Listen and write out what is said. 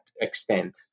extent